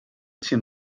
sin